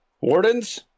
Wardens